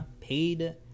paid